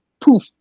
poof